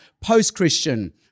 post-Christian